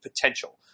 potential